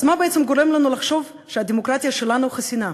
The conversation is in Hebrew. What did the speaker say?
אז מה בעצם גורם לנו לחשוב שהדמוקרטיה שלנו חסינה?